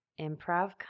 improv